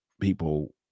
people